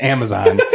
Amazon